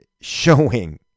showing